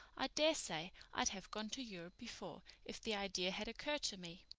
i daresay i'd have gone to europe before if the idea had occurred to me.